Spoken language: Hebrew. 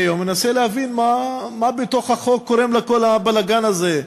היום אני מנסה להבין מה בתוך החוק גורם לכל הבלגן הזה,